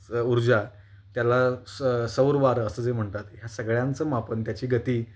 ऊर्जा त्याला स सौर वारं असं जे म्हणतात ह्या सगळ्यांचं मापन त्याची गती